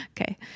Okay